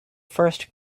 first